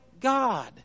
God